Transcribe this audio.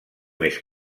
més